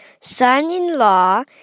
son-in-law